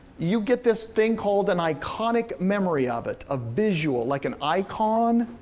you get this thing called an iconic memory of it, a visual, like an icon.